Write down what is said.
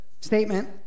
statement